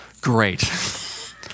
Great